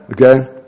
Okay